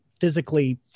physically